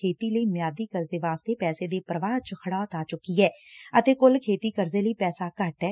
ਖੇਤੀ ਲਈ ਮਿਆਦੀ ਕਰਜ਼ੇ ਵਾਸਤੇ ਪੈਸੇ ਦੇ ਪ੍ਰਵਾਹ ਚ ਖੜੋਤ ਆ ਚੁੱਕੀ ਐ ਅਤੇ ਕੁੱਲ ਖੇਤੀ ਕਰਜ਼ੇ ਲਈ ਪੈਸਾ ਘੱਟ ਐ